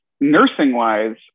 Nursing-wise